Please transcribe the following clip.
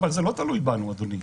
אבל זה לא תלוי בנו, אדוני.